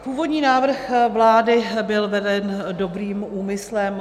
Původní návrh vlády byl dobrým úmyslem.